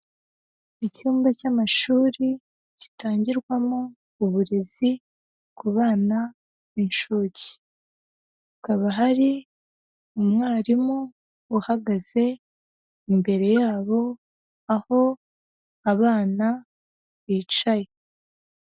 Icyumba cy'amashuri gitangirwamo uburezi ku bana b'incuke, hakaba hari umwarimu uhagaze imbere yabo aho abana bicaye.